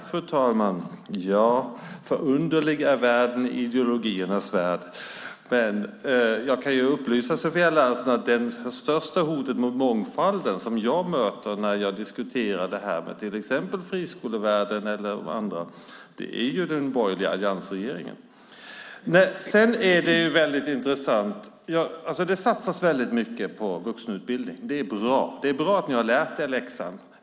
Fru talman! Förunderligt är det i ideologiernas värld. Jag kan upplysa Sofia Larsen om att det största hot mot mångfalden som jag möter när jag diskuterar dessa saker till exempel med friskolevärlden är den borgerliga alliansregeringen. Det satsas väldigt mycket på vuxenutbildningen, och det är bra. Det är bra att ni har lärt er läxan.